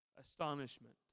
Astonishment